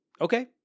okay